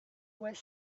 was